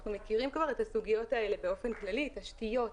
אנחנו מכירים כבר את הסוגיות האלה באופן כללי: תשתיות,